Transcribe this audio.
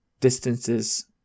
distances